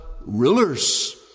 rulers